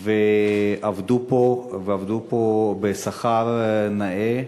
ועבדו פה עבדו פה בשכר נאה,